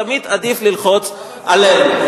תמיד עדיף ללחוץ עלינו.